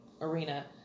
arena